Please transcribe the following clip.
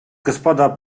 господа